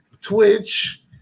Twitch